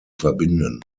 verbinden